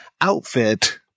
outfit